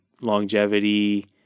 longevity